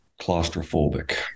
claustrophobic